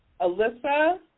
Alyssa